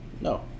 No